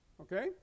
okay